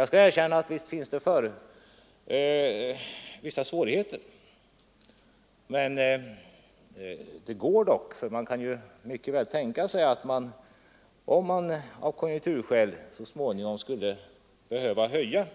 Jag skall erkänna att visst finns det vissa svårigheter, men det går dock. Om man av konjunkturskäl så småningom skulle behöva höja